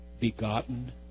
begotten